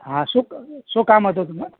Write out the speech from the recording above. હાં શું ક કામ હતું તમને